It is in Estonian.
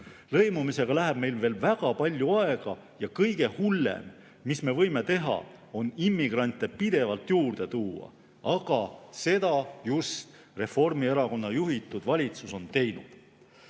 Lõimumisega läheb meil veel väga palju aega ja kõige hullem, mis me võime teha, on immigrante pidevalt juurde tuua. Aga seda just Reformierakonna juhitud valitsus on teinud.